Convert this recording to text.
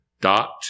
Dot